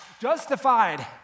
justified